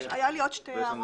יש לנו עוד נושאים